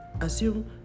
assume